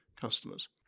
customers